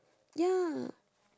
ya